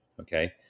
Okay